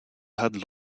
had